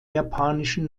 japanischen